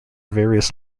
various